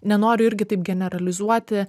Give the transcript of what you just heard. nenoriu irgi taip generalizuoti